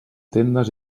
tendes